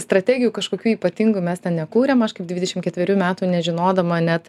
strategijų kažkokių ypatingų mes ten nekūrėm aš kaip dvidešim ketverių metų nežinodama net